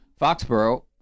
Foxborough